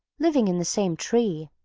living in the same tree,